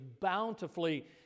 bountifully